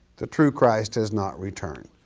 the true christ has not returned.